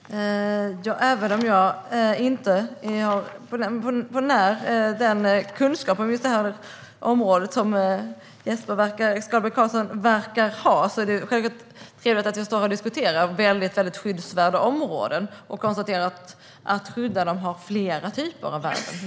Herr talman! Även om jag inte är i närheten av den kunskap som Jesper Skalberg Karlsson verkar ha på detta område är det självklart trevligt att stå här och diskutera väldigt skyddsvärda områden. Att skydda dessa områden har flera typer av värden.